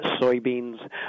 Soybeans